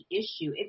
issue